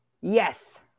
yes